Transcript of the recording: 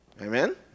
Amen